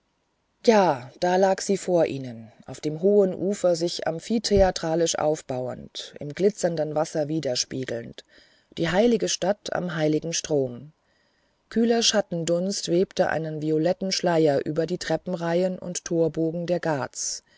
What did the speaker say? ja da lag sie vor ihnen auf dem hohen ufer sich amphitheatralisch aufbauend im glitzernden wasser widergespiegelt die heilige stadt am heiligen strom kühler schattendunst webte einen violetten schleier über die treppenreihen und torbogen der ghats